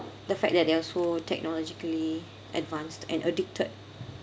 the fact that they're so technologically advanced and addicted